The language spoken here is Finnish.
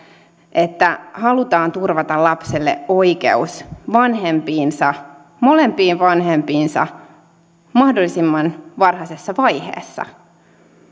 että halutaan turvata lapselle oikeus vanhempiinsa molempiin vanhempiinsa mahdollisimman varhaisessa vaiheessa